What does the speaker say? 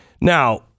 Now